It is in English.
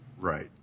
Right